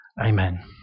Amen